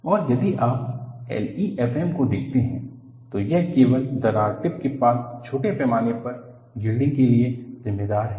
और यदि आप LEFM को देखते हैं तो यह केवल दरार टिप के पास छोटे पैमाने पर यील्डिंग के लिए जिम्मेदार है